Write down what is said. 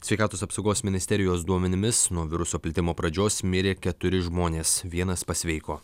sveikatos apsaugos ministerijos duomenimis nuo viruso plitimo pradžios mirė keturi žmonės vienas pasveiko